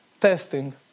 testing